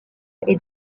est